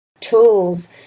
tools